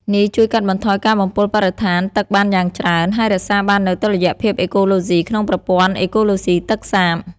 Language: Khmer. នេះជួយកាត់បន្ថយការបំពុលបរិស្ថានទឹកបានយ៉ាងច្រើន ហើយរក្សាបាននូវតុល្យភាពអេកូឡូស៊ីក្នុងប្រព័ន្ធអេកូឡូស៊ីទឹកសាប។